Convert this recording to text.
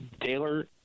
Taylor